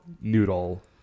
Noodle*